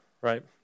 right